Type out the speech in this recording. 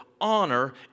honor